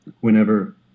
whenever